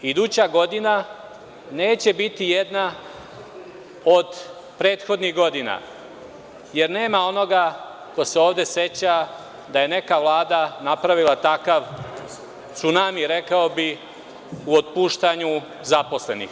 Iduća godina neće biti jedna od prethodnih godina, jer nema onoga ko se ovde seća da je neka vlada napravila takav cunami, rekao bih u otpuštanju zaposlenih.